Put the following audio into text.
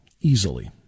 easily